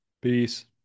Peace